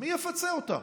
מי יפצה אותן?